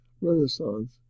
Renaissance